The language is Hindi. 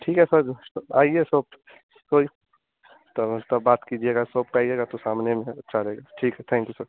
ठीक है सर तो आइए शॉप कोई तो उसपर बात कीजिएगा शॉप पर आइएगा तो सामने में अच्छा रहेगा ठीक है थैन्क यू सर